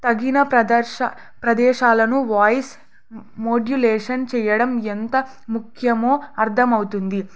తగిన ప్రదర్శ ప్రదేశాలను వాయిస్ మాడ్యులేషన్ చేయడం ఎంత ముఖ్యమో అర్థమవుతుంది